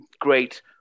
great